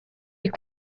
est